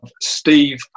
steve